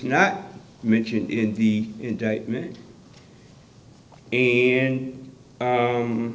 not mentioned in the indictment and